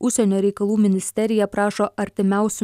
užsienio reikalų ministerija prašo artimiausiu